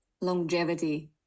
longevity